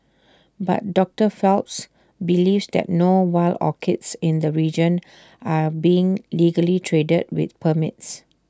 but doctor Phelps believes that no wild orchids in the region are being legally traded with permits